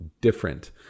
different